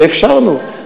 ואפשרנו.